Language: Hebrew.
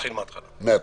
נתחיל מהתחלה.